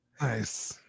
Nice